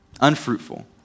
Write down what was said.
unfruitful